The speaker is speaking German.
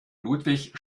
ludwig